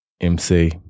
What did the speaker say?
MC